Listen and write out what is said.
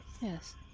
Yes